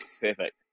Perfect